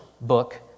book